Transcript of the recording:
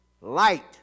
light